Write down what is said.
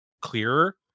clearer